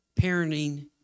parenting